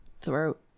throat